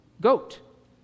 goat